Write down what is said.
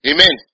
Amen